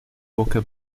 boca